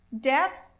death